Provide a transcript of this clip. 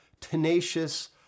tenacious